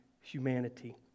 humanity